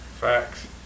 Facts